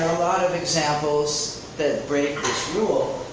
lot of examples that break this rule,